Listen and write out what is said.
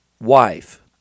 wife